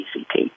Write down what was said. ACT